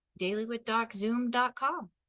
dailywithdoczoom.com